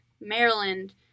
Maryland